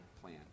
plan